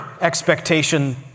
expectation